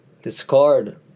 discard